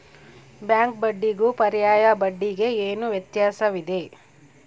Bank ಬಡ್ಡಿಗೂ ಪರ್ಯಾಯ ಬಡ್ಡಿಗೆ ಏನು ವ್ಯತ್ಯಾಸವಿದೆ?